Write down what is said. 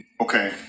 okay